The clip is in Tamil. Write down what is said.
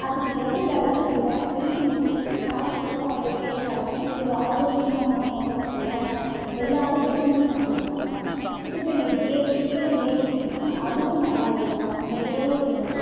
அதுக்கு பிறகு இதெல்லாம் செய்வேன் செஞ்சி முடிச்சிவிட்டு சாப்பிடுறக்கு அவ்வளோ டேஸ்டாக இருக்கும் இது ஆரோக்கியமான உணவும் கூட எல்லாரும் விரும்பி சாப்பிடுவாங்க இதுக்கு இந்த கிரேவி சிக்கன் கிரேவி செஞ்சானால அதுவும் நல்லா இருக்கும் அந்த கிரேவி வந்து